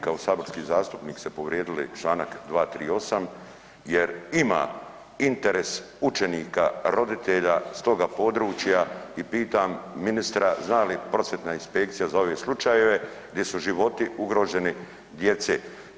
Kao saborski zastupnik ste povrijedili čl. 238.jer ima interes učenika, roditelja s toga područja i pitam ministra zna li prosvjetna inspekcija za ove slučajeve gdje su životi ugroženi djece.